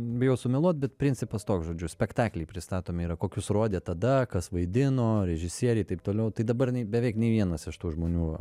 bijau sumeluot bet principas toks žodžiu spektakliai pristatomi yra kokius rodė tada kas vaidino režisieriai taip toliau tai dabar nei beveik nei vienas iš tų žmonių